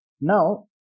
Now